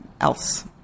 else